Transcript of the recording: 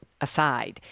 aside